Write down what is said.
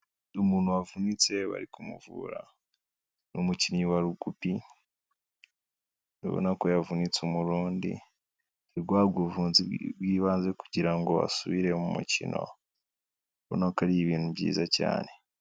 Umuntu wavunitse bari kumuvura, ni umukinnyi wa Rugubi urabona ko yavunitse umurundi ari guhabwa ubuvuzi bw'ibanze kugira ngo asubire mu mukino, urabonako ari ibintu byiza cyane.